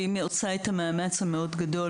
שהיא עושה את המאמץ המאוד גדול,